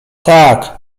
tak